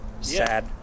sad